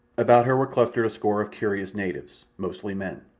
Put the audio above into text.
about her were clustered a score of curious natives mostly men,